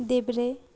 देब्रे